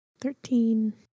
Thirteen